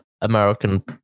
American